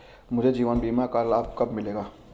मुझे जीवन बीमा का लाभ कब मिलेगा?